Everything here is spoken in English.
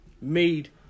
made